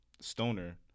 Stoner